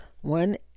One